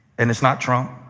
and it's not trump.